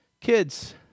Kids